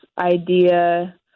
idea